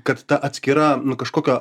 kad ta atskira nu kažkokio